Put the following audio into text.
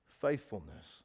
faithfulness